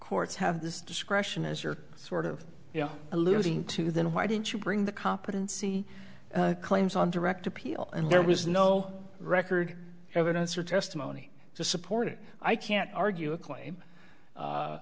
courts have this discretion as your sort of you know alluding to then why didn't you bring the competency claims on direct appeal and there was no record evidence or testimony to support it i can't argue a claim